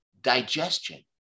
digestion